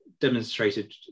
demonstrated